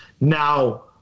Now